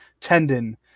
tendon